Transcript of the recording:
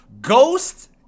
ghost